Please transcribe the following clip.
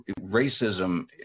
racism